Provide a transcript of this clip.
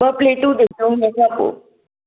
ॿ प्लेटूं ॾिजो हुन सां पोइ